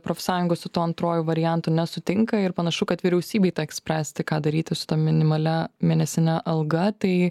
profsąjungos su tuo antruoju variantu nesutinka ir panašu kad vyriausybei teks spręsti ką daryti su ta minimalia mėnesine alga tai